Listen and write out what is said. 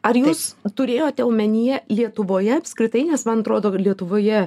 ar jūs turėjote omenyje lietuvoje apskritai nes man atrodo kad lietuvoje